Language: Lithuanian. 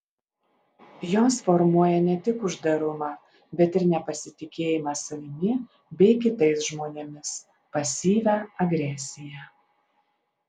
jos formuoja ne tik uždarumą bet ir nepasitikėjimą savimi bei kitais žmonėmis pasyvią agresiją